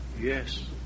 Yes